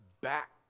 back